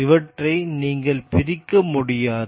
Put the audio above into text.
இவற்றை நீங்கள் பிரிக்க முடியாது